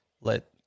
let